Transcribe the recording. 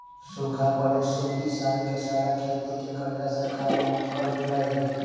सूखा पड़े से ई साल के सारा खेती के कर्जा सरकार माफ कर देलई